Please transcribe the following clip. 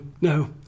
no